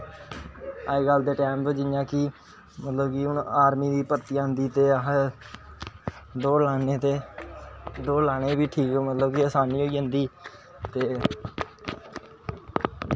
ओह् नी होया मेरा जिसलै में सिक्खी ना ते इन्ना जादा शौंक पेईयै सिक्खनें दा कि ओह् मेरा शौंक बददा गै गोआ घट्ट नी होया फिर में बड्डे बड्डे कापियां लेई लेईयां पेजें आह्लियां